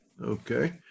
Okay